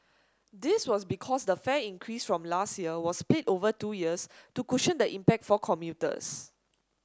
this was because the fare increase from last year was split over two years to cushion the impact for commuters